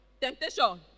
temptation